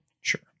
Sure